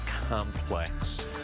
complex